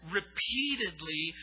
repeatedly